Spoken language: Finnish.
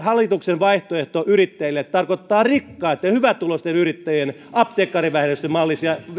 hallituksen vaihtoehto yrittäjille tarkoittaa rikkaitten hyvätuloisten yrittäjien apteekkarivähennyksen mallisia